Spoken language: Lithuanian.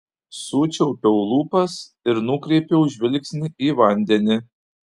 sučiaupiau lūpas ir nukreipiau žvilgsnį į vandenį